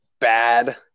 bad